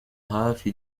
hafi